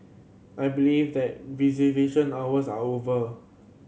I believe that visitation hours are over